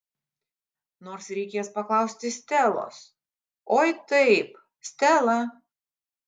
nors reikės paklausti stelos oi taip stela